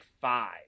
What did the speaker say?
five